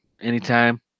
anytime